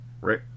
Right